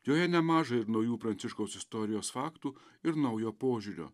joje nemaža ir naujų pranciškaus istorijos faktų ir naujo požiūrio